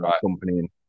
company